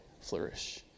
flourish